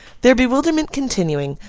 their bewilderment continuing,